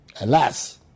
Alas